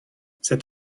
cet